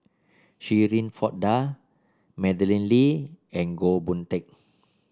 Shirin Fozdar Madeleine Lee and Goh Boon Teck